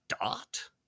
Dot